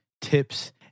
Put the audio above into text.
tips